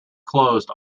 closed